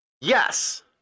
Yes